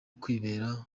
kwibera